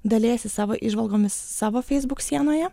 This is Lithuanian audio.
dalijasi savo įžvalgomis savo facebook sienoje